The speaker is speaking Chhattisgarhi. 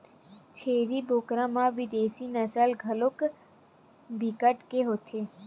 छेरी बोकरा म बिदेसी नसल घलो बिकट के होथे